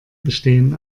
bestehen